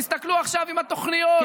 תסתכלו עכשיו עם התוכניות,